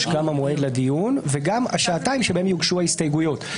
גם המועד לדיון וגם השעתיים שבהם יוגשו ההסתייגויות.